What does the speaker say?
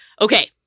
Okay